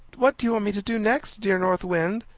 what do you want me to do next, dear north wind?